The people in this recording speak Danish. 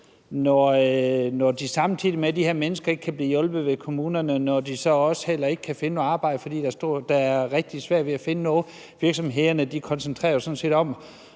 samtidig med at de ikke kan blive hjulpet ved kommunerne, så heller ikke kan finde noget arbejde, fordi det er rigtig svært at finde noget – virksomhederne koncentrerer sig jo om